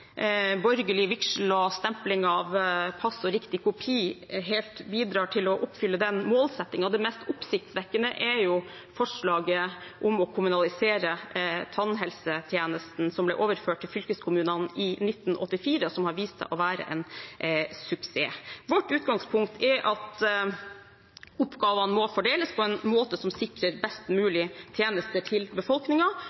borgerlig vigsel, stempling av pass og riktig kopi helt bidrar til å oppfylle den målsettingen. Det mest oppsiktsvekkende er forslaget om å kommunalisere tannhelsetjenesten, som ble overført til fylkeskommunene i 1984, og som har vist seg å være en suksess. Vårt utgangspunkt er at oppgavene må fordeles på en måte som sikrer best